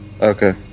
Okay